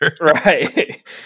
Right